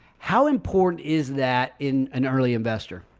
how important is that in an early investor.